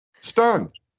Stunned